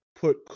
Put